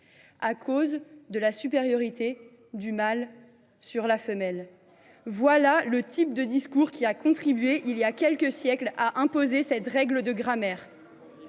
À cause de la supériorité du mâle sur la femelle »! Voilà le type de discours qui a contribué, il y a quelques siècles, à imposer cette règle de grammaire.